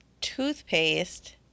toothpaste